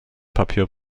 papier